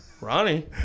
Ronnie